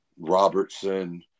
Robertson